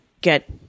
get